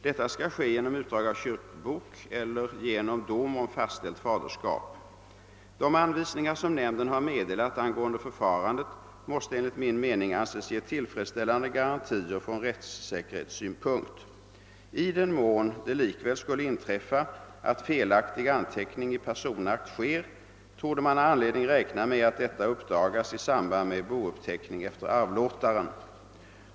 Detta skall ske genom utdrag av kyrkobok, eller genom dom om fastställt faderskap. De anvisningar som nämnden har meddelat angående förfarandet måste enligt min mening anses ge tillfredsställande garantier från rättssäkerhetssynpunkt. I den mån det likväl skulle inträffa att felaktig anteckning i personakt sker, torde man ha anledning räkna med att detta uppdagas i samband med bouppteckning efter arvlåtaren.